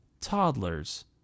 toddlers